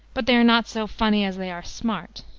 but they are not so funny as they are smart.